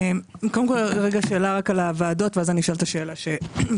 קודם אני רוצה לשאול לגבי הוועדות ולאחר מכן אני אשאל שאלה נוספת.